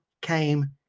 came